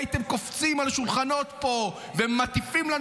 הייתם קופצים על שולחנות פה ומטיפים לנו